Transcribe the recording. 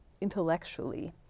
intellectually